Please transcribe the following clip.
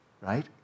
Right